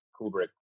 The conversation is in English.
Kubrick